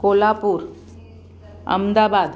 Kolhapur Ahmedabad